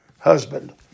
husband